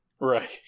Right